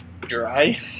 dry